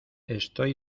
estoy